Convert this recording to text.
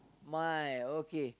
my okay